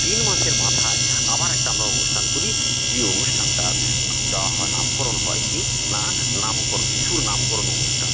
তিন মাসের মাথায় আবার একটা আমরা অনুষ্ঠান করি যে অনুষ্ঠানটার নাম দেওয়া হয় নামকরণ হয় কী না নামকরণ শিশুর নামকরণ অনুষ্টান